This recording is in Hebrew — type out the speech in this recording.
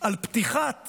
על פתיחת